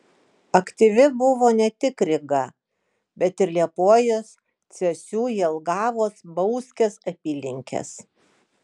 aktyvi buvo ne tik ryga bet ir liepojos cėsių jelgavos bauskės apylinkės